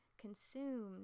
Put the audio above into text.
consumed